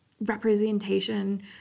representation